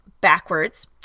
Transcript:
backwards